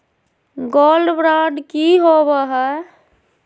Gold bond की होबो है?